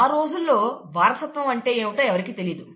ఆ రోజుల్లో వారసత్వం అంటే ఏమిటో ఎవరికీ తెలియదు